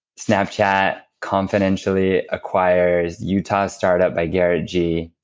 snapchat confidentially acquires utah start-up by garrett gee,